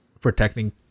protecting